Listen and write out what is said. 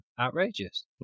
Outrageous